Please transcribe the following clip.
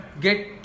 get